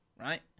right